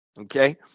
Okay